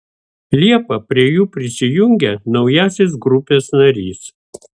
liepą prie jų prisijungė naujasis grupės narys